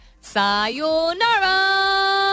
sayonara